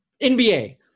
NBA